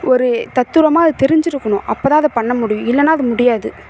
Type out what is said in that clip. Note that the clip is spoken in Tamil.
ஒரு தத்துரூபமாக அது தெரிஞ்சுருக்கணும் அப்போ தான் அதை பண்ண முடியும் இல்லைன்னா அது முடியாது